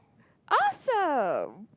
awesome